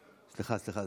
סליחה,